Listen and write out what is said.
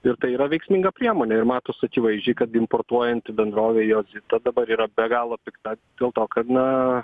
ir tai yra veiksminga priemonė ir matos akivaizdžiai kad importuojanti bendrovė jozita dabar yra be galo pikta dėl to kad na